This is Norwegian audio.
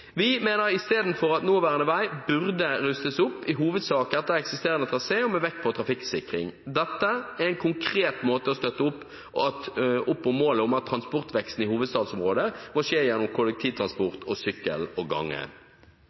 Vi mener at nåværende vei istedenfor burde rustes opp, i hovedsak etter eksisterende trasé og med vekt på trafikksikring. Dette er en konkret måte å støtte opp om målet om at transportveksten i hovedstadsområdet må skje gjennom kollektivtransport, sykkel og gange.